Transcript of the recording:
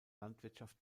landwirtschaft